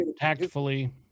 tactfully